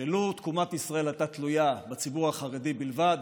שלו תקומת ישראל הייתה תלויה בציבור החרדי בלבד,